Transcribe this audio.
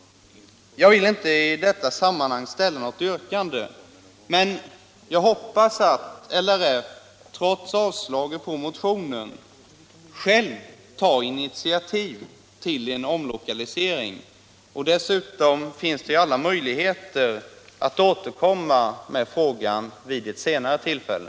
Jag vill inte i detta sammanhang ställa något yrkande men hoppas att LRF trots avslaget på motionen självt tar initiativ till en omlokalisering. Dessutom finns det alla möjligheter att återkomma med frågan vid ett senare tillfälle.